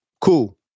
Cool